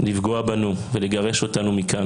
לפגוע בנו ולגרש אותנו מכאן.